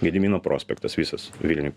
gedimino prospektas visas vilniuj